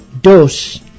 Dos